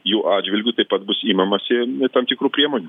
jų atžvilgiu taip pat bus imamasi tam tikrų priemonių